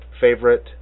favorite